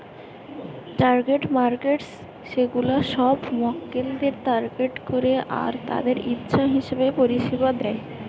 target markets সেগুলা সব মক্কেলদের টার্গেট করে আর তাদের ইচ্ছা হিসাবে পরিষেবা দেয়